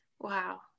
wow